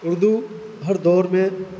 اردو ہر دور میں